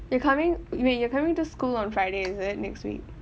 you coming wait you're coming to school on friday is it next week